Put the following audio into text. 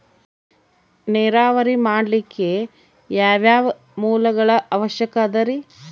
ನೇರಾವರಿ ಮಾಡಲಿಕ್ಕೆ ಯಾವ್ಯಾವ ಮೂಲಗಳ ಅವಶ್ಯಕ ಅದರಿ?